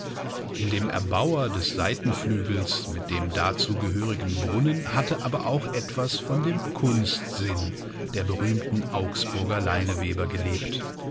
in dem erbauer des seitenflügels mit dem dazu gehörigen brunnen hatte aber auch etwas von dem kunstsinn der berühmten augsburger leineweber gelebt